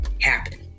happen